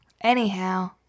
anyhow